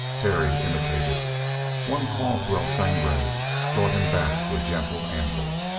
terry imitated one call to el sangre brought him back to a gentle amble.